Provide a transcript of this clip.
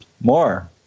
more